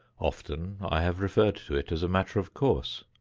often i have referred to it as a matter of course.